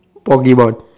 Pokemon